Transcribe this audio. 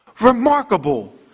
Remarkable